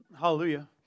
Hallelujah